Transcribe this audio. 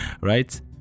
Right